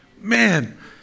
Man